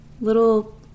little